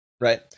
right